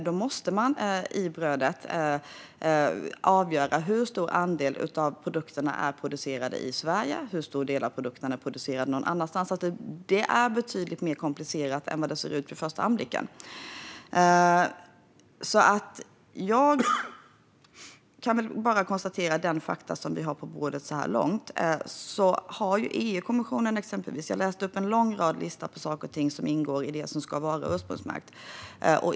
Då måste man avgöra hur stor andel av brödet som är producerad i Sverige och hur stor del som är producerad någon annanstans. Det hela är betydligt mer komplicerat än vad det ser ut vid första anblicken. Jag kan bara konstatera vilka fakta vi så här långt har på bordet. Jag läste upp en lång lista över saker och ting som ingår i sådant som enligt EU-kommissionen ska vara ursprungsmärkta.